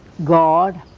god,